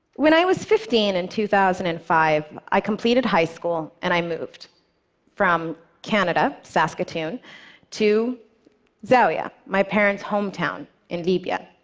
when i was fifteen in and two thousand and five, i completed high school and i moved from canada saskatoon to zawiya, my parents' hometown in libya,